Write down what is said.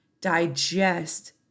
digest